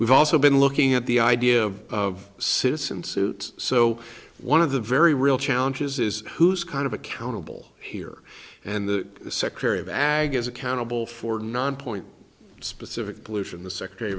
we've also been looking at the idea of citizen suits so one of the very real challenges is who's kind of accountable here and the secretary of ag accountable for nonpoint specific pollution the sectar